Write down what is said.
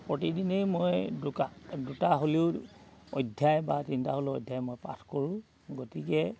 প্ৰতিদিনেই মই দুটা দুটা হ'লেও অধ্যায় বা তিনিটা হ'লেও অধ্যায় মই পাঠ কৰোঁ গতিকে